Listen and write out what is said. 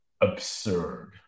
Absurd